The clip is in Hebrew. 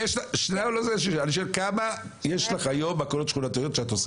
יש לך מודל כלכלי, זה היה אמור גם לעבוד.